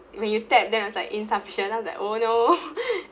when you tap then I was like insufficient I was like oh no